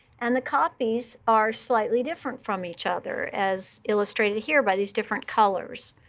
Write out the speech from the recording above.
and the copies are slightly different from each other, as illustrated here by these different colors.